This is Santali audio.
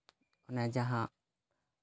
ᱚᱱᱟ ᱡᱟᱦᱟᱸ